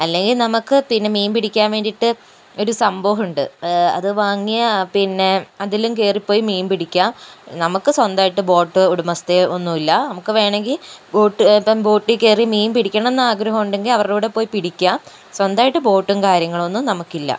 അല്ലെങ്കിൽ നമ്മൾക്ക് പിന്നെ മീൻ പിടിക്കാൻ വേണ്ടിയിട്ട് ഒരു സംഭവമുണ്ട് അതു വാങ്ങിയാൽ പിന്നെ അതിലും കയറിപ്പോയി മീൻ പിടിക്കുക നമുക്ക് സ്വന്തമായിട്ട് ബോട്ട് ഉടമസ്ഥത ഒന്നും ഇല്ല നമുക്ക് വേണമെങ്കിൽ ബോട്ട് ഇപ്പം ബോട്ടിൽക്കയറി മീൻപിടിക്കണം എന്നു ആഗ്രഹമുണ്ടെങ്കിൽ അവരുടെകൂടെ പോയി പിടിക്കുക സ്വന്തമായിട്ട് ബോട്ടും കാര്യങ്ങളൊന്നും നമുക്ക് ഇല്ല